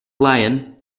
lion